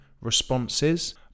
responses